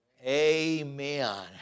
amen